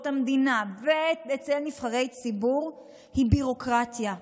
המדינה ואצל נבחרי ציבור היא ביורוקרטיה.